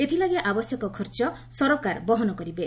ଏଥିଲାଗି ଆବଶ୍ୟକ ଖର୍ଚ୍ଚ ସରକାର ବହନ କରିବେ